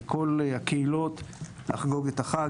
לכל הקהילות לחגוג את החג,